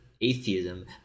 atheism